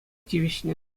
тивӗҫнӗ